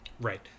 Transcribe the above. Right